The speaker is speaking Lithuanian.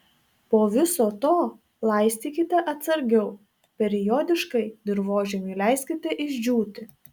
po viso to laistykite atsargiau periodiškai dirvožemiui leiskite išdžiūti